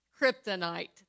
kryptonite